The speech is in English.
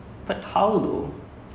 I mean dance